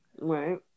right